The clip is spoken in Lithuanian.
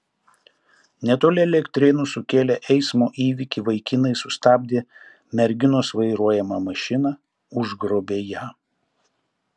netoli elektrėnų sukėlę eismo įvykį vaikinai sustabdė merginos vairuojamą mašiną užgrobė ją